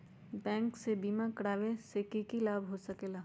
Bank से बिमा करावे से की लाभ होई सकेला?